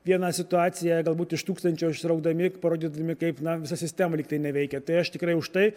vieną situaciją galbūt iš tūkstančio ištraukdami parodydami kaip na visa sistema lyg tai neveikia tai aš tikrai už tai